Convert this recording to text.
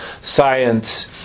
science